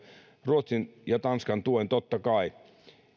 ruotsin ja tanskan tuen totta kai